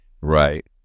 Right